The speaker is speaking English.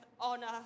honor